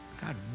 God